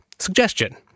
Suggestion